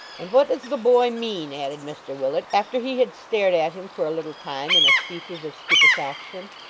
and what does the boy mean added mr willet, after he had stared at him for a little time, in a species of stupefaction,